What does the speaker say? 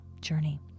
journey